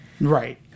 Right